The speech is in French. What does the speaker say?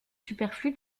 superflu